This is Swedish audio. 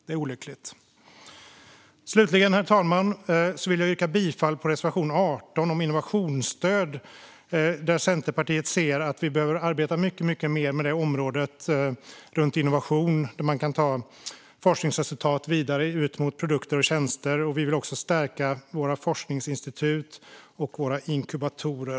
Det är olyckligt. Herr talman! Slutligen vill jag yrka bifall till reservation 18 om innovationsstöd, där Centerpartiet ser att vi behöver arbeta mycket mer med området runt innovation, där man kan ta forskningsresultat vidare ut mot produkter och tjänster. Vi vill också stärka våra forskningsinstitut och våra inkubatorer.